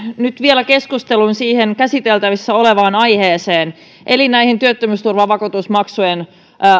nyt vielä keskustelun käsiteltävänä olevaan aiheeseen eli näiden työttömyysturvavakuutusmaksujen